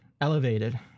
elevated